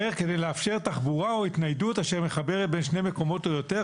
פתאום אתה רואה שאחרי תחילת הפריחה מטיילים הלכו ברגל,